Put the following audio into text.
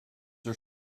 are